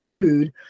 food